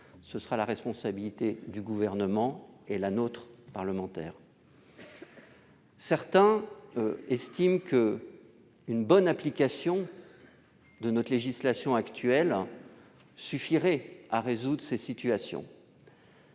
Ce sera la responsabilité du Gouvernement et la nôtre en tant que parlementaires. Certains estiment qu'une bonne application de notre législation actuelle suffirait à résoudre de telles situations.